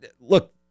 look